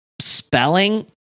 Spelling